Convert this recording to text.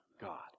God